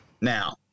Now